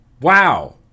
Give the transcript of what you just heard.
wow